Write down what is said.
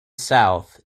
south